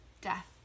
death